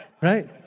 right